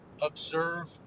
observe